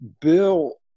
Bill